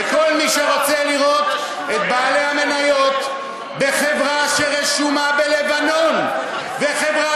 וכל מי שרוצה לראות את בעלי המניות בחברה שרשומה בלבנון וחברה